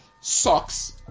socks